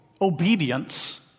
obedience